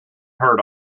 heard